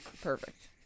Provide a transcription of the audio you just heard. Perfect